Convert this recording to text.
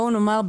בואו נאמר,